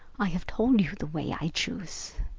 i have told you the way i choose.